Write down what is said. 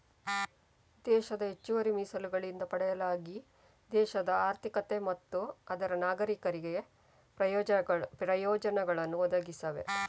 ದೇಶದ ಹೆಚ್ಚುವರಿ ಮೀಸಲುಗಳಿಂದ ಪಡೆಯಲಾಗಿ ದೇಶದ ಆರ್ಥಿಕತೆ ಮತ್ತು ಅದರ ನಾಗರೀಕರಿಗೆ ಪ್ರಯೋಜನವನ್ನು ಒದಗಿಸ್ತವೆ